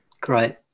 Great